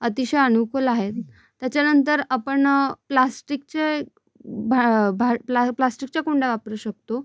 अतिशय अनुकूल आहेत त्याच्यानंतर आपण प्लास्टिकचे भा भा प्ला प्लास्टिकच्या कुंड्या वापरू शकतो